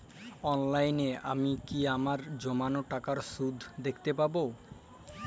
অনলাইনে আমি কি আমার জমানো টাকার সুদ দেখতে পবো?